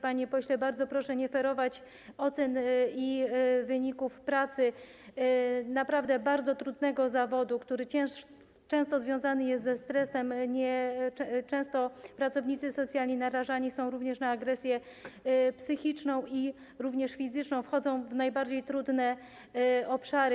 Panie pośle, bardzo proszę nie ferować ocen wyników pracy naprawdę bardzo trudnego zawodu, który często związany jest ze stresem - często pracownicy socjalni narażeni są na agresję psychiczną, jak również fizyczną, wchodzą w najbardziej trudne obszary.